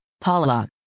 Paula